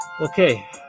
Okay